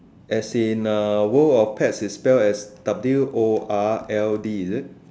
as in the world of pets is spells as world is it